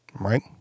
right